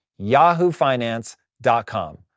yahoofinance.com